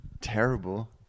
Terrible